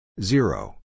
Zero